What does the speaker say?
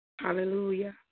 Hallelujah